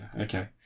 Okay